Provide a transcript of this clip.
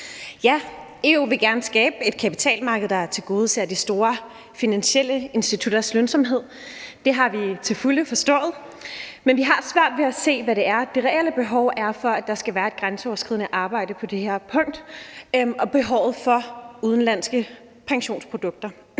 Ja, EU vil gerne skabe et kapitalmarked, der tilgodeser de store finansielle institutters lønsomhed. Det har vi til fulde forstået, men vi har svært ved at se, hvad det reelle behov er for, at der skal være et grænseoverskridende arbejde på det her punkt, og se behovet for udenlandske pensionsprodukter.